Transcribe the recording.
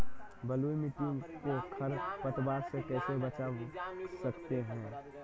बलुई मिट्टी को खर पतवार से कैसे बच्चा सकते हैँ?